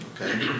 okay